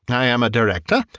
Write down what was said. i am a director,